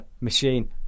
machine